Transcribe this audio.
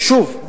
" ושוב,